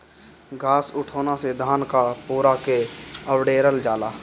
घास उठौना से धान क पुअरा के अवडेरल जाला